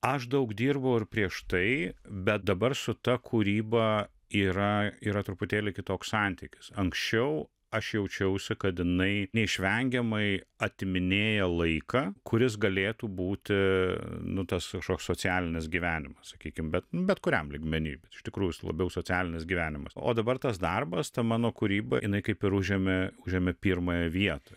aš daug dirbau ir prieš tai bet dabar su ta kūryba yra yra truputėlį kitoks santykis anksčiau aš jaučiausi kad jinai neišvengiamai atiminėjo laiką kuris galėtų būti nu tas kažkoks socialinis gyvenimas sakykim bet nu bet kuriam lygmeny iš tikrųjų jis labiau socialinis gyvenimas o dabar tas darbas ta mano kūryba jinai kaip ir užėmė užėmė pirmąją vietą